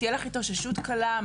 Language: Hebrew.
תהיה לי התאוששות קלה.